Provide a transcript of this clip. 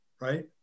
right